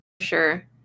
Sure